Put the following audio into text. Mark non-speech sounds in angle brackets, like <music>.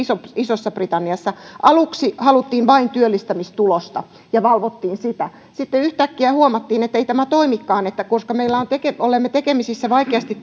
isossa britanniassa aluksi haluttiin vain työllistämistulosta ja valvottiin sitä sitten yhtäkkiä huomattiin ettei tämä toimikaan vaan koska olemme tekemisissä vaikeasti <unintelligible>